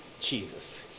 Jesus